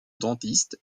dentiste